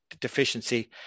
deficiency